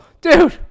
dude